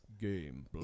game